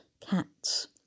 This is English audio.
cats